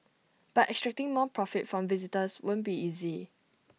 but extracting more profit from visitors won't be easy